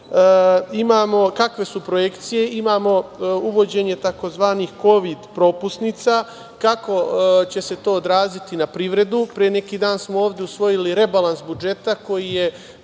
kovidom? Kakve su projekcije? Imamo uvođenje tzv. kovid propusnica. Kako će se to odraziti na privredu? Pre neki dan smo ovde usvojili rebalans budžeta koji je